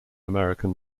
american